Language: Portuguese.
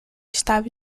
estava